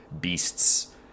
beasts